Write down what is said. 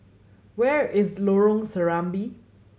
where is Lorong Serambi